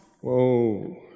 Whoa